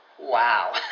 Wow